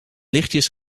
lichtjes